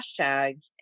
hashtags